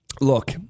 Look